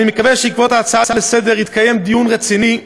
אני מקווה שבעקבות ההצעה לסדר-היום יתקיים דיון רציני,